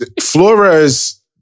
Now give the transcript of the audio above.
Flores